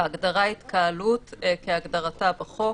"התקהלות" כהגדרתה בחוק,